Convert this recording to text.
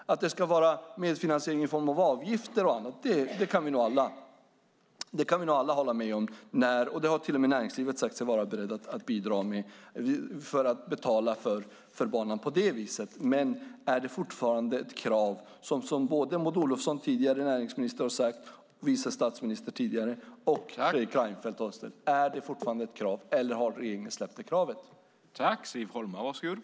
Att det ska vara medfinansiering i form av avgifter och annat kan vi nog alla hålla med om. Det har till och med näringslivet sagt sig vara beredda att bidra med för att betala för banan på det viset. Men är det fortfarande ett krav, som både tidigare näringsminister och vice statsminister Maud Olofsson och Fredrik Reinfeldt har sagt, eller har regeringen släppt det kravet?